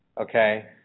Okay